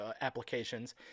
applications